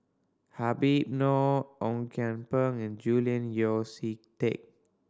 Habib Noh Ong Kian Peng and Julian Yeo See Teck